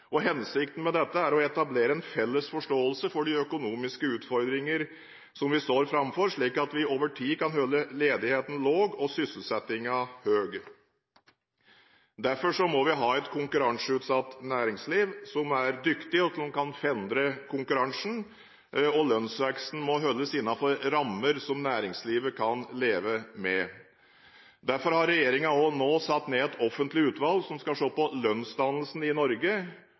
Hensikten med dette er å etablere en felles forståelse for de økonomiske utfordringer vi står framfor, slik at vi over tid kan holde ledigheten lav og sysselsettingen høy. Derfor må vi ha et konkurranseutsatt næringsliv som er dyktig, og som kan fendre konkurransen. Lønnsveksten må holdes innenfor rammer som næringslivet kan leve med. Derfor har regjeringen nå satt ned et offentlig utvalg som skal se på lønnsdannelsen i Norge